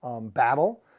Battle